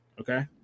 okay